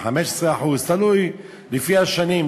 ב-15% תלוי לפי השנים,